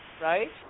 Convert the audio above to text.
right